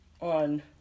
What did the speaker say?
on